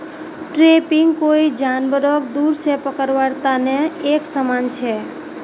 trapping कोई जानवरक दूर से पकड़वार तने एक समान छे